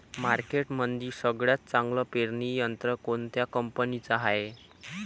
मार्केटमंदी सगळ्यात चांगलं पेरणी यंत्र कोनत्या कंपनीचं हाये?